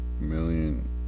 million